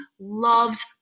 loves